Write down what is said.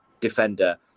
defender